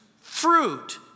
fruit